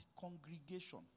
congregation